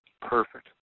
perfect